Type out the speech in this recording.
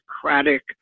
Socratic